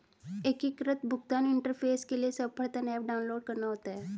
एकीकृत भुगतान इंटरफेस के लिए सर्वप्रथम ऐप डाउनलोड करना होता है